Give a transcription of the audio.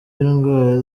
indwara